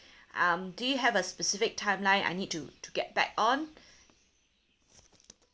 um do you have a specific timeline I need to to get back on